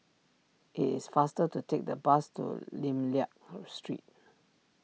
it is faster to take the bus to Lim Liak Street